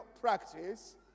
practice